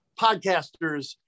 podcasters